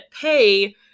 pay